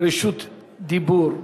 בקשות לרשות דיבור.